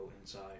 inside